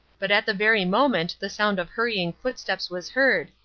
but at the very moment the sound of hurrying footsteps was heard,